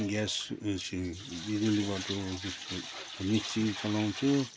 gas mixie चलाउँछु